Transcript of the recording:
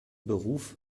beruf